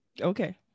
Okay